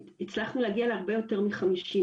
הצלחנו להגיע להרבה יותר מחמישים,